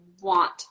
want